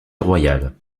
royale